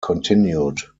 continued